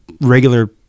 regular